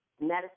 medicine